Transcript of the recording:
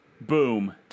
Boom